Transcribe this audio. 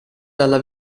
dalla